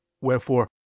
wherefore